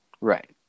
Right